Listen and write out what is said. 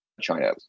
China